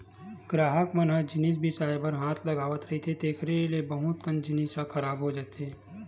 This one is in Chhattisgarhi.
गराहक मन ह जिनिस बिसाए बर हाथ लगावत रहिथे तेखरो ले बहुत कन जिनिस ह खराब हो जाथे